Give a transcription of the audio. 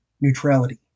neutrality